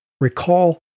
Recall